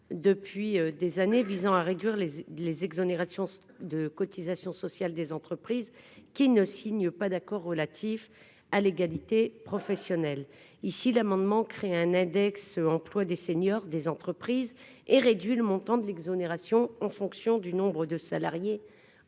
depuis des années, visant à réduire les les exonérations de cotisations sociales des entreprises qui ne signe pas d'accord relatif à l'égalité professionnelle ici l'amendement crée un index, emploi des seniors, des entreprises et réduit le montant de l'exonération en fonction du nombre de salariés